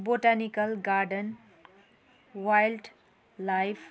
botanical garden wild life